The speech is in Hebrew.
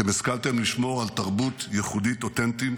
אתם השכלתם לשמור על תרבות ייחודית אותנטית,